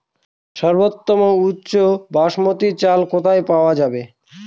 সর্বোওম উচ্চ বাসমতী চাল কোথায় পওয়া যাবে?